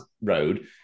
road